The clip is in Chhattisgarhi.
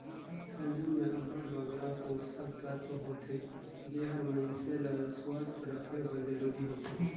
सलजम में अब्बड़ बगरा पोसक तत्व होथे जेहर मइनसे ल सुवस्थ रखे बर जरूरी होथे